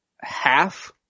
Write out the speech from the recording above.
half